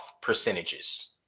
percentages